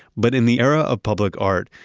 but in the era of public art,